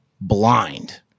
blind